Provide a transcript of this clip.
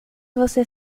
você